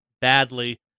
badly